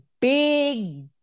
big